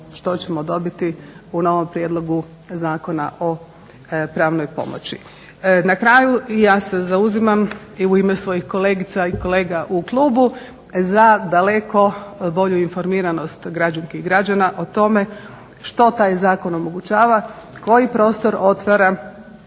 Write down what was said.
što ćemo dobiti u novom prijedlogu Zakona o pravnoj pomoći. Na kraju, i ja se zauzimam i u ime svojih kolegica i kolega u klubu za daleko bolju informiranost građanki i građana o tome što taj zakon omogućava, koji prostor otvara